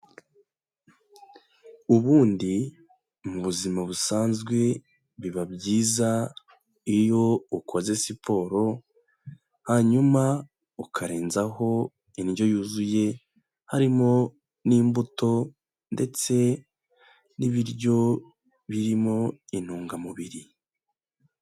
Ubundi mu buzima busanzwe biba byiza iyo ukoze siporo, hanyuma ukarenzaho indyo yuzuye, harimo n'imbuto ndetse n'ibiryo birimo intungamubiri.